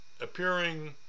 appearing